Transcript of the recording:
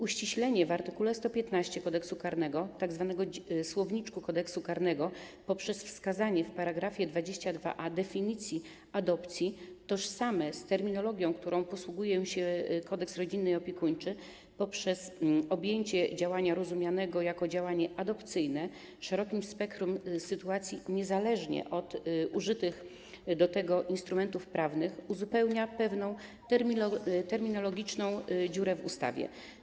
Uściślenie w art. 115 Kodeksu karnego w tzw. słowniczku Kodeksu karnego poprzez wskazanie w § 22a definicji adopcji tożsamej z terminologią, którą posługuje się Kodeks rodzinny i opiekuńczy, poprzez objęcie działania rozumianego jako działanie adopcyjne szerokim spektrum sytuacji niezależnie od użytych do tego instrumentów prawnych uzupełnia pewną terminologiczną dziurę w ustawie.